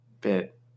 bit